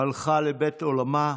הלכה לבית עולמה.